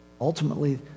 Ultimately